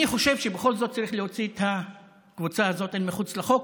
אני חושב שבכל זאת צריך להוציא את הקבוצה הזאת אל מחוץ לחוק,